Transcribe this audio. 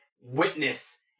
witness